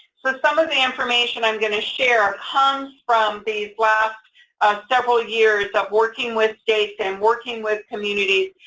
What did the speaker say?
so some of the information i'm going to share comes from these last several years of working with states and working with communities,